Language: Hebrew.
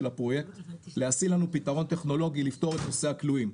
הפרויקט להשיא לנו פתרון טכנולוגי לפתור את נושא הכלואים.